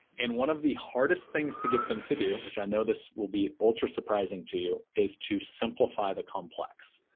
and one of the hardest things to get them to do, which i know this will be ultra-surprising to you is to simplify the complex.